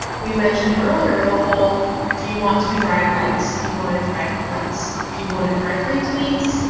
we mentioned earlier the whole do you want to drive likes, do you want to drive clicks? do you want to drive retweets?